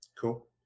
Cool